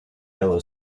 yellow